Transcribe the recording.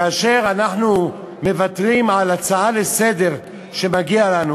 כאשר אנחנו מוותרים על הצעה לסדר-היום שמגיעה לנו,